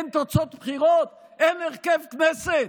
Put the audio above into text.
אין תוצאות בחירות, אין הרכב כנסת?